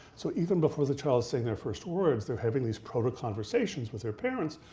so even before the child is saying their first words, they're having this protoconversations with their parents,